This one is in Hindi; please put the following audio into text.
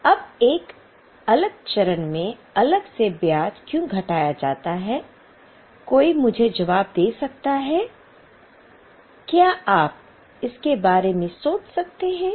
अब एक अलग चरण में अलग से ब्याज क्यों घटाया जाता है कोई मुझे जवाब दे सकता है क्या आप इसके बारे में सोच सकते हैं